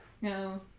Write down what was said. No